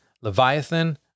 Leviathan